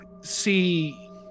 see